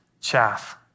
chaff